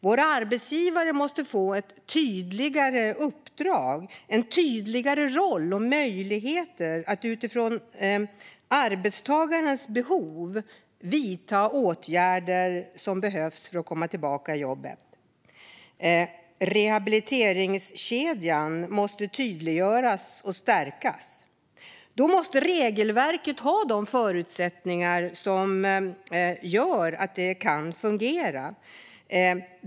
Våra arbetsgivare måste få ett tydligare uppdrag, en tydligare roll och möjligheter att utifrån arbetstagarens behov vidta åtgärder som behövs för att den ska komma tillbaka till jobbet. Rehabiliteringskedjan måste tydliggöras och stärkas. Då måste regelverket ha de förutsättningar som gör att det kan fungera.